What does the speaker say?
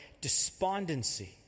despondency